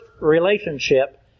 relationship